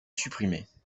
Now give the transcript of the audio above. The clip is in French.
supprimées